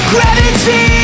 Gravity